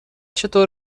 چطور